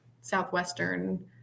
Southwestern